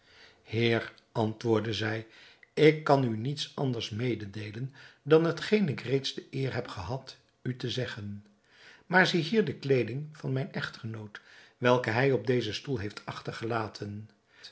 heer antwoordde zij ik kan u niets anders mededeelen dan hetgeen ik reeds de eer heb gehad u te zeggen maar zie hier de kleeding van mijn echtgenoot welke hij op dezen stoel heeft achtergelaten